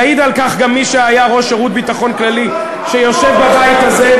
יעיד על כך גם מי שהיה ראש שירות הביטחון הכללי שיושב בבית הזה,